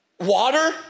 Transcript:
Water